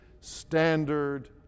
standard